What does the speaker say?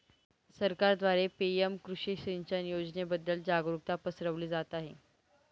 सरकारद्वारे पी.एम कृषी सिंचन योजनेबद्दल जागरुकता पसरवली जात आहे